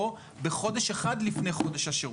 או בחודש אחד לפני חודש השירות.